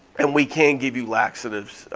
and we can give you laxatives,